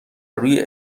روی